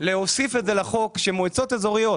להוסיף לחוק שמועצות אזוריות,